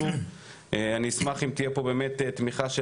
שוב אני אשמח אם תהיה פה באמת תמיכה של